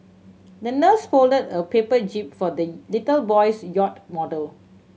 the nurse folded a paper jib for the little boy's yacht model